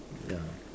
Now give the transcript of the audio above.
ya